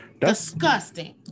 disgusting